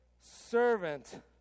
servant